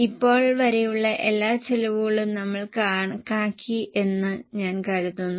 ഇപ്പോൾ വരെയുള്ള എല്ലാ ചെലവുകളും നമ്മൾ കണക്കാക്കിയെന്ന് ഞാൻ കരുതുന്നു